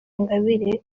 ingabire